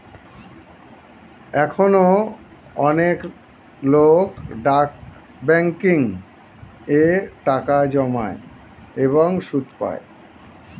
এখনো অনেক লোক ডাক ব্যাংকিং এ টাকা জমায় এবং সুদ পায়